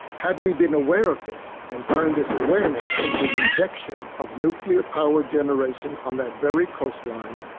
had we been aware of this and turned this awareness into rejection of nuclear power generation on that very coastline,